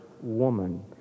woman